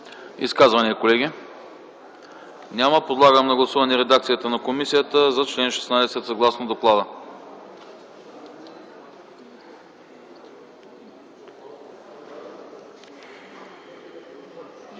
изказвания, колеги? Няма. Подлагам на гласуване редакцията на комисията за чл. 16, съгласно доклада.